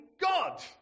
God